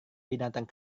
binatang